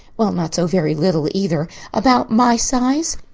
well, not so very little either about my size.